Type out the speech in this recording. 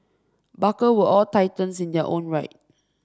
barker were all titans in their own right